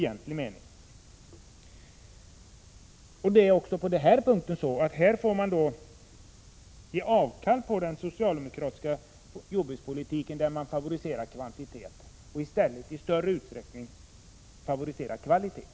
Man måste avstå från den socialdemokratiska jordbrukspolitiken, där kvantitet favoriseras, och i större utsträckning favorisera kvalitet.